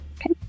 Okay